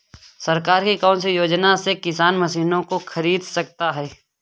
सरकार की कौन सी योजना से किसान मशीनों को खरीद सकता है?